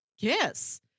kiss